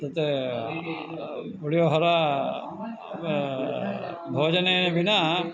तत् पोलिहोरा भोजनेन विना